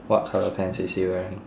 what colour pants is he wearing